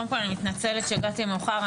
קודם כל אני מתנצלת שהגעתי מאוחר,